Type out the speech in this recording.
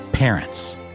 Parents